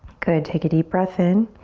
good, take a deep breath in.